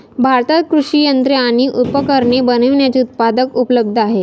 भारतात कृषि यंत्रे आणि उपकरणे बनविण्याचे उत्पादक उपलब्ध आहे